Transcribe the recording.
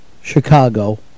Chicago